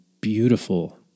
beautiful